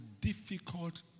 difficult